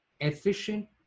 efficient